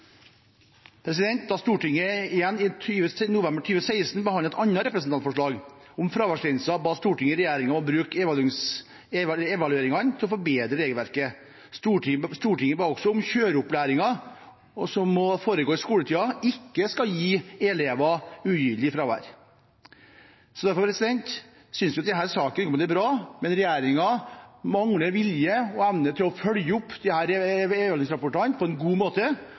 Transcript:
Da Stortinget igjen – i november 2016 – behandlet et representantforslag om fraværsgrensen, ba Stortinget regjeringen om å bruke evalueringene til å forbedre regelverket. Stortinget ba også om at kjøreopplæringen, som må foregå i skoletiden, ikke skal gi elever ugyldig fravær. Derfor synes vi at i denne saken er det mye bra, men regjeringen mangler vilje og evne til å følge opp evalueringsrapportene på en god måte.